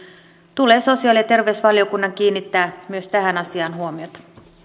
tulee sosiaali ja terveysvaliokunnan kiinnittää myös tähän asiaan huomiota